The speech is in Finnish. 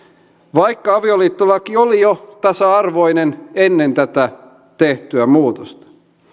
vaikka avioliittolaki oli jo tasa arvoinen ennen tätä tehtyä muutosta